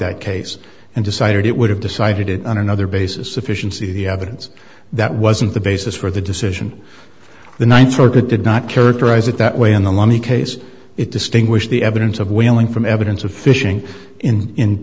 that case and decided it would have decided it on another basis sufficiency the evidence that wasn't the basis for the decision the ninth circuit did not characterize it that way in the lonny case it distinguish the evidence of whaling from evidence of fishing in